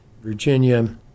Virginia